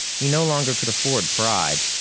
he no longer could afford pride.